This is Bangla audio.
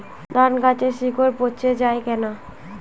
ধানগাছের শিকড় পচে য়ায় কেন?